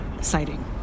sighting